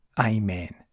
Amen